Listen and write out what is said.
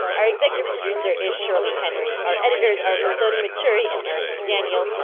our executive producer is shirley henry. our editors are muthoni muturi and eric mcdaniel.